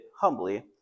humbly